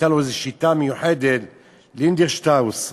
לינדנשטראוס,